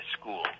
school